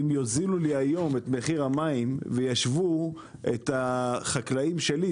אם יוזילו לי היום את מחיר המים וישוו את החקלאים שלי,